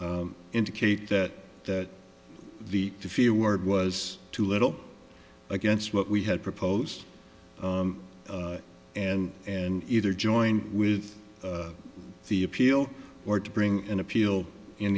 indicate that that the fear word was too little against what we had proposed and and either join with the appeal or to bring an appeal in